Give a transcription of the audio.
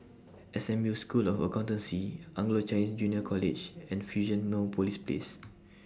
S M U School of Accountancy Anglo Chinese Junior College and Fusionopolis Place